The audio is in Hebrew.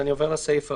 עובר לסעיף הבא:,